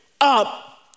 up